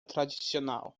tradicional